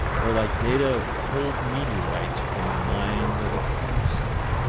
or like data of cold meteorites from the mind of a thomson.